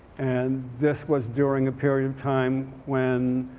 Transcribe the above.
and this was during a period of time when